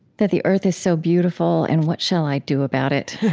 that the earth is so beautiful? and what shall i do about it?